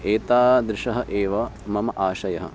एतादृशः एव मम आशयः